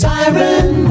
Siren